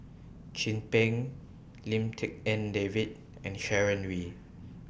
Chin Peng Lim Tik En David and Sharon Wee